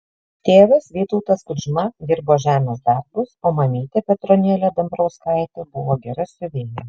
tėvas vytautas kudžma dirbo žemės darbus o mamytė petronėlė dambrauskaitė buvo gera siuvėja